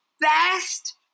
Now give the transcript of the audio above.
best